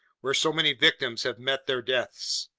where so many victims have met their deaths!